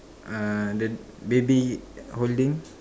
uh that baby holding